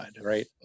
right